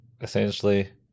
essentially